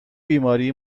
بیماری